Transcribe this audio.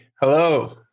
hello